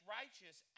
righteous